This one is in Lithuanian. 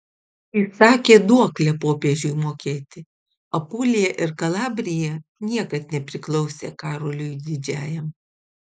įsakė duoklę popiežiui mokėti apulija ir kalabrija niekad nepriklausė karoliui didžiajam